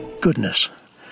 Goodness